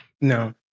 No